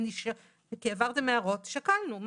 העברתם הערות, שקלנו.